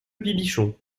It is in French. bibichon